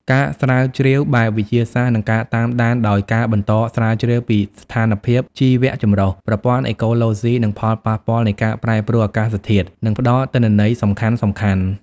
ការស្រាវជ្រាវបែបវិទ្យាសាស្ត្រ និងការតាមដានដោយ ការបន្តស្រាវជ្រាវពីស្ថានភាពជីវៈចម្រុះ ប្រព័ន្ធអេកូឡូស៊ី និងផលប៉ះពាល់នៃការប្រែប្រួលអាកាសធាតុ នឹងផ្តល់ទិន្នន័យសំខាន់ៗ។